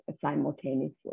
simultaneously